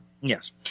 Yes